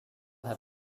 had